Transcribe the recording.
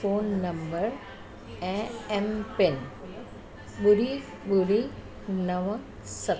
phone number ऐं M PIN ॿुड़ी ॿुड़ी नव सत